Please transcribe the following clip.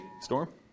Storm